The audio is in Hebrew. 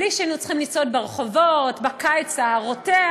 בלי שהיינו צריכים לצעוד ברחובות בקיץ הרותח.